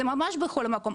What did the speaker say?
ממש בכל מקום,